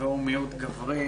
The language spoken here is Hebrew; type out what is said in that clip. שמי אניטה פרידמן.